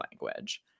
language